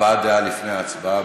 הבעת דעה לפני ההצבעה.